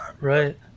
right